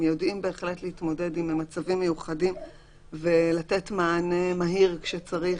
יודעים בהחלט להתמודד עם מצבים מיוחדים ולתת מענה מהיר כשצריך,